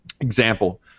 example